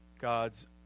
God's